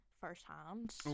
firsthand